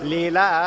Lila